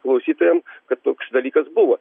klausytojam kad toks dalykas buvo